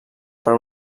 per